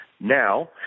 Now